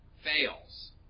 fails